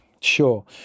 Sure